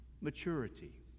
maturity